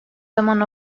zaman